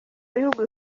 bihugu